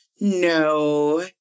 no